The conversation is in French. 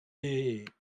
des